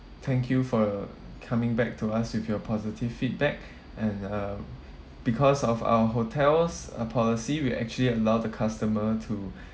thank you for coming back to us with your positive feedback and uh because of our hotel's uh policy we actually allow the customer to